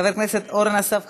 חבר הכנסת אורן אסף חזן,